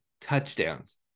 touchdowns